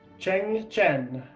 cheng chen,